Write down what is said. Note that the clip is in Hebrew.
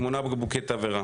שמונה בקבוקי תבערה.